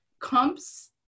comps